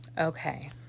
Okay